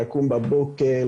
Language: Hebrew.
לקום בבוקר,